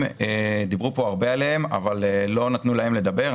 דיברו פה הרבה עליהם אבל לא נתנו להם לדבר.